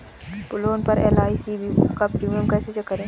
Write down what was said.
Phone पर एल.आई.सी का premium कैसे चेक करें?